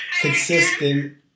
consistent